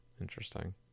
interesting